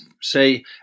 say